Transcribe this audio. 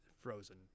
Frozen